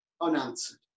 unanswered